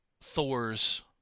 Thor's